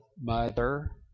mother